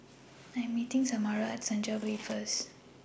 I Am meeting Samara At Senja Way First